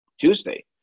Tuesday